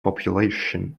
population